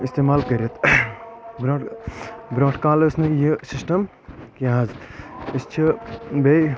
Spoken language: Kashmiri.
استعمال کٔرتھ برٛونٛٹھ برٛونٛٹھ کال ٲس نہٕ یہِ سسٹم کینٛہہ حظ أسۍ چھِ بیٚیہِ